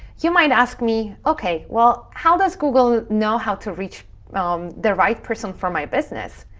you might ask me, okay, well, how does google know how to reach um the right person for my business?